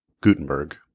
Gutenberg